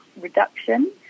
reduction